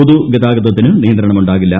പൊതു ഗതാഗതത്തിന് നിയന്ത്രണമുണ്ടാകില്ല